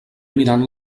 mirant